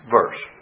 verse